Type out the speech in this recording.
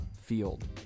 Field